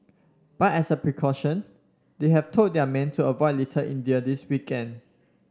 but as a precaution they have told their men to avoid Little India this weekend